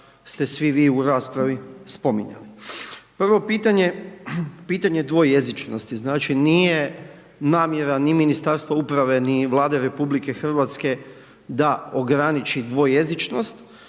ste svi vi u raspravi spominjali. Prvo pitanje, pitanje dvojezičnosti, znači, nije namjera ni Ministarstva uprave, ni Vlade RH da ograniči dvojezičnost,